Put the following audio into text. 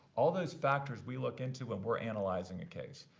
all those factors we look into when we're analyzing a case.